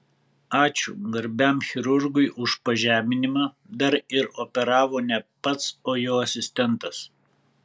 ačiū garbiam chirurgui už pažeminimą dar ir operavo ne pats o jo asistentas